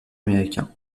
américain